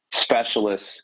specialists